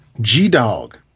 g-dog